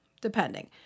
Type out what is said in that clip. depending